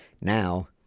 Now